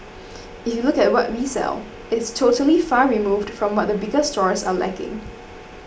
if you look at what we sell it's totally far removed from what the bigger stores are lacking